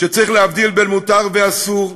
שצריך להבדיל בין מותר ואסור,